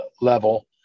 level